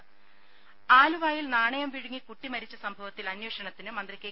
രദര ആലുവയിൽ നാണയം വിഴുങ്ങി കുട്ടി മരിച്ച സംഭവത്തിൽ അന്വേഷണത്തിന് മന്ത്രി കെ